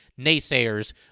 naysayers